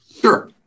Sure